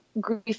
grief